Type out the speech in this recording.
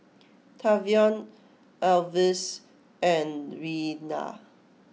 Tavion Alvis and Rella